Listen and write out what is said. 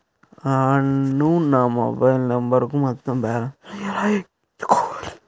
నేను నా మొబైల్ నంబరుకు మొత్తం బాలన్స్ ను ఎలా ఎక్కించుకోవాలి?